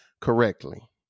correctly